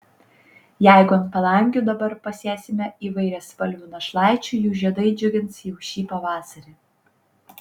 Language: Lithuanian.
jeigu ant palangių dabar pasėsime įvairiaspalvių našlaičių jų žiedai džiugins jau ši pavasarį